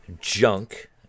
junk